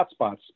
hotspots